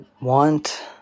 want